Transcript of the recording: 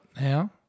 now